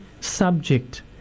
subject